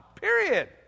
Period